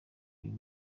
uyu